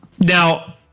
Now